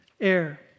air